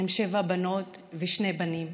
עם שבע בנות ושני בנים,